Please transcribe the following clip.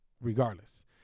regardless